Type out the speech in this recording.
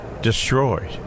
Destroyed